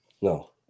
No